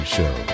Show